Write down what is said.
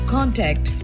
Contact